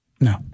No